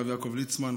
הרב יעקב ליצמן,